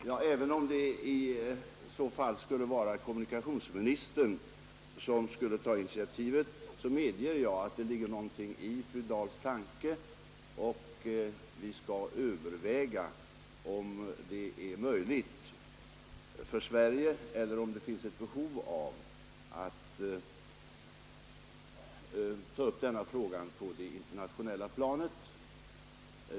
Herr talman! Även om det i så fall skulle vara kommunikationsministern som finge ta detta initiativ, medger jag att det ligger något i fru Dahls tanke, och vi skall överväga om det finns ett behov av att Sverige tar upp denna fråga på det internationella planet.